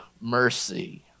mercy